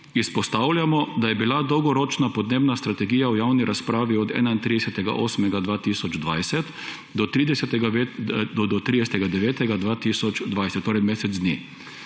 »Izpostavljamo, da je bila dolgoročna podnebna strategija v javni razpravi od 31. 8. 2020 do 30. 9. 2020,« – torej mesec dni